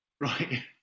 Right